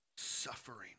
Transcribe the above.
suffering